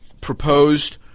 proposed